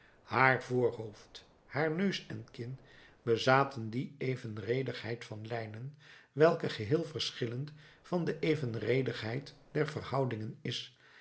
haar voorhoofd haar neus en kin bezaten die evenredigheid van lijnen welke geheel verschillend van de evenredigheid der verhoudingen is